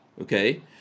Okay